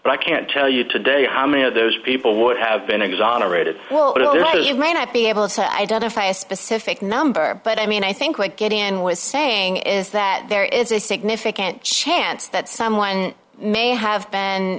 but i can't tell you today how many of those people would have been exonerated well it may not be able to identify a specific number but i mean i think we'd get in with saying is that there is a significant chance that someone may have been